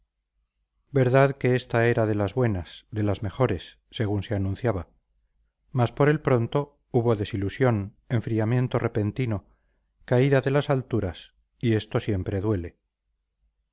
verdad que esta era de las buenas de las mejores según se anunciaba mas por el pronto hubo desilusión enfriamiento repentino caída de las alturas y esto siempre duele